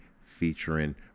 featuring